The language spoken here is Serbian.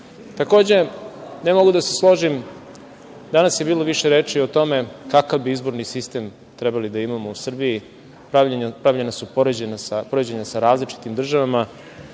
RS.Takođe, ne mogu da se složim, danas je bilo više reči o tome kakav bi izborni sistem trebalo da imamo u Srbiji, pravljena su poređenja sa različitim državama.